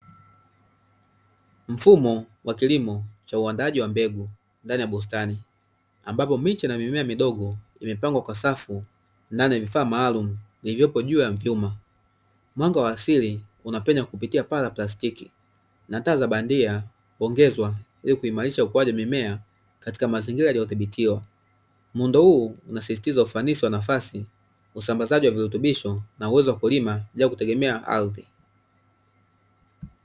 Mfumo wa kilimo cha uandaaji wa mbegu ndani ya bustani, ambapo miche na mimea midogo imepangwa kwa safu ndani ya vifaa maalumu vilivyopo juu ya chuma. Mwanga wa asili unapenya kupitia paa la plastiki na taa za bandia huongezwa ili kuimarisha ukuaji wa mimea katika mazingira yaliyothibitiwa. Muundo huu unasisitiza ufanisi wa nafasi, usambazaji wa virutubisho na uwezo wa kulima bila kutegemea ardhi.